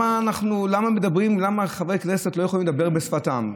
למה חברי הכנסת לא יכולים לדבר בשפתם,